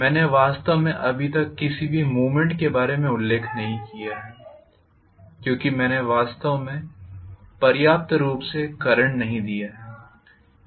मैंने वास्तव में अब तक किसी भी मूवमेंट के बारे में उल्लेख नहीं किया है क्योंकि मैंने वास्तव में पर्याप्त रूप से करंट नहीं दिया है